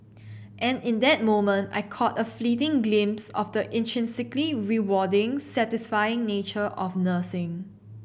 and in that moment I caught a fleeting glimpse of the intrinsically rewarding satisfying nature of nursing